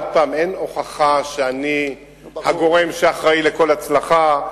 עוד פעם, אין הוכחה שאני הגורם שאחראי לכל הצלחה,